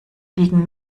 liegen